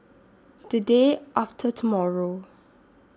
The Day after tomorrow